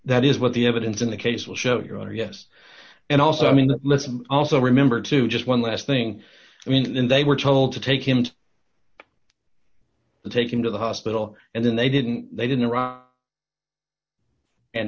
that is what the evidence in the case will show you are yes and also i mean listen also remember to just one last thing i mean they were told to take him to take him to the hospital and then they didn't they didn't